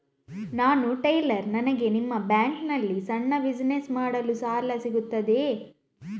ನಾನು ಟೈಲರ್, ನನಗೆ ನಿಮ್ಮ ಬ್ಯಾಂಕ್ ನಲ್ಲಿ ಸಣ್ಣ ಬಿಸಿನೆಸ್ ಮಾಡಲು ಸಾಲ ಸಿಗುತ್ತದೆಯೇ?